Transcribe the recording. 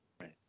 Right